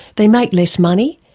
they make less money,